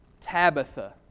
Tabitha